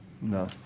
No